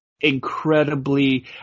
incredibly